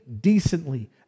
decently